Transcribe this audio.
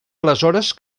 aleshores